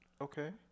Okay